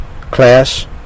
class